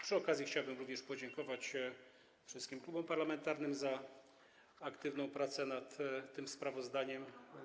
Przy okazji chciałbym podziękować wszystkim klubom parlamentarnym za aktywną pracę nad tym sprawozdaniem.